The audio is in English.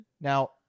Now